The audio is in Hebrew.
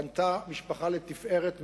בנתה משפחה לתפארת,